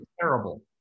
terrible